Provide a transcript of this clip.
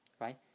right